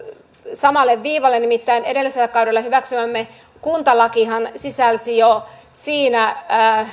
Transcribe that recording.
samalle viivalle nimittäin edellisellä kaudella hyväksymämme kuntalakihan sisälsi jo siinä